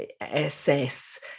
assess